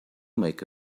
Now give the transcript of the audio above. make